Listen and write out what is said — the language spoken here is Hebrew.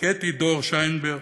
קטי דור שינברג,